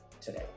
today